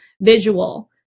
visual